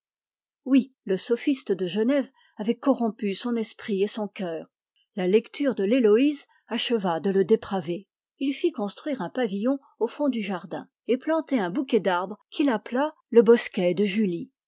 oui le sophiste de genève avait corrompu son esprit et son cœur la lecture de l'héloïse acheva de le dépraver il fit construire un pavillon au fond du jardin et planter un bouquet d'arbres qu'il appela le bosquet de julie